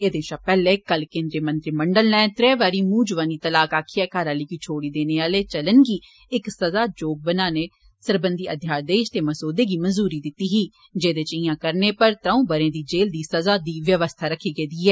एहदे शा पैहले कल केंद्री मंत्रीमंडलै ने त्रै बारी मूंह जवानी तलाक आक्खिए घरै आली गी छुड़ी देने आले चलन गी इक सजा जोग अपराघ बनाने सरबंधी अध्यादेश दे मसोदे गी मंजूरी दित्ती ही जेदे च इयां करने पर त्रौं बंरे दी जेलै दी सजा दी व्यवस्था रक्खी गेदी ऐ